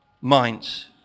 minds